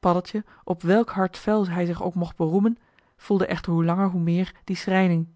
paddeltje op welk hard vel hij zich ook mocht beroemen voelde echter hoe langer hoe meer die schrijning